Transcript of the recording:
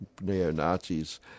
neo-Nazis